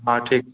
हँ ठीक